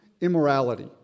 immorality